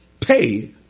pay